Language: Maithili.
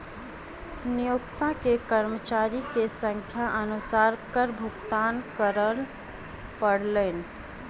नियोक्ता के कर्मचारी के संख्या अनुसार कर भुगतान करअ पड़लैन